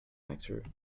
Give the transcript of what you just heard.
actor